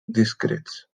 discrets